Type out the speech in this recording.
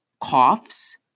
coughs